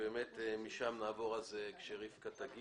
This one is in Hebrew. ומשם נעבור כשרבקה תגיע.